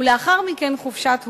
ולאחר מכן חופשת הורות,